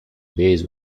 bays